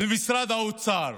במשרד האוצר.